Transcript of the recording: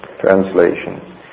Translation